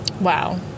Wow